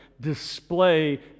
display